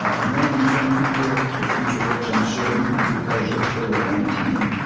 ah for many of these young people, their future looks uncertain because of covid nineteen.